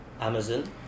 Amazon